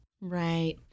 Right